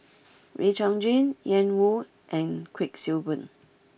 Wee Chong Jin Ian Woo and Kuik Swee Boon